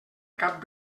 cap